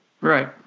Right